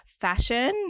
fashion